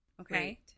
Okay